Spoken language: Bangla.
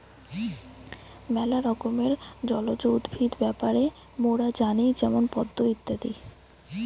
ম্যালা রকমের জলজ উদ্ভিদ ব্যাপারে মোরা জানি যেমন পদ্ম ইত্যাদি